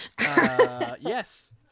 yes